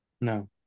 no